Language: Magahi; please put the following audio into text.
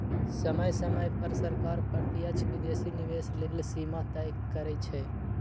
समय समय पर सरकार प्रत्यक्ष विदेशी निवेश लेल सीमा तय करइ छै